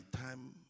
time